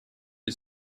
who